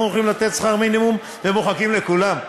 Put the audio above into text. אנחנו הולכים לתת שכר מינימום ומוחקים לכולם.